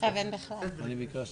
חשוב שנשמע את דאשה, אני מקווה